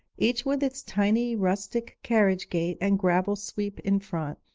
each with its tiny rustic carriage gate and gravel sweep in front,